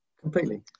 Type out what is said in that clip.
completely